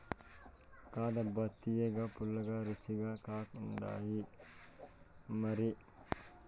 కాదబ్బా తియ్యగా, పుల్లగా, రుచిగా కూడుండాయిమరి